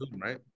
right